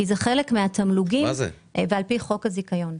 כי זה חלק מהתגמולים ועל פי חוק הזיכיון.